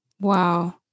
Wow